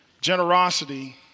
generosity